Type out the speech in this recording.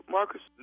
Marcus